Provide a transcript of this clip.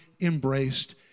embraced